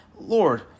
Lord